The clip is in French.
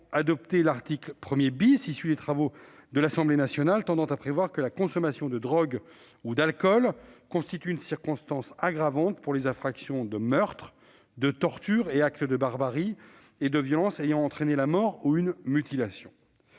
adopté l'article 1 , issu des travaux de l'Assemblée nationale, tendant à prévoir que la consommation de drogue ou d'alcool constitue une circonstance aggravante pour les infractions de meurtre, de tortures et actes de barbaries et de violences ayant entraîné la mort ou une mutilation.